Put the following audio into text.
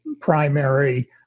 primary